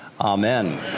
amen